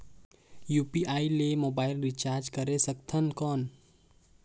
UPI ले mobile recharge करे सकथन कौन?